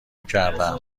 کردم